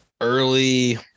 early